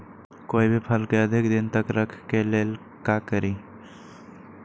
कोई भी फल के अधिक दिन तक रखे के ले ल का करी?